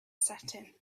setting